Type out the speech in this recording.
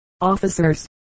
officers